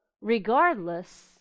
regardless